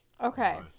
Okay